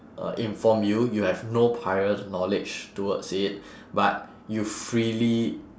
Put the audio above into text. uh inform you you have no prior knowledge towards it but you freely